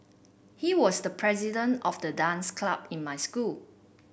he was the president of the dance club in my school